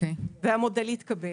והמודל התקבל.